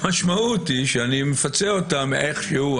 המשמעות היא שאני מפצה אותם איכשהו,